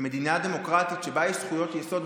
במדינה דמוקרטית שבה יש זכויות יסוד,